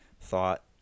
thought